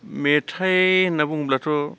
मेथाइ होनना बुङोब्लाथ'